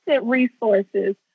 resources